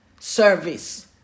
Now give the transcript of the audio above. service